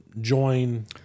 join